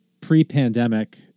pre-pandemic